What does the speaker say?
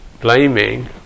blaming